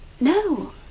No